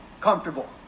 comfortable